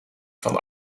van